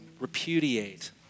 repudiate